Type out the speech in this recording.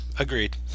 Agreed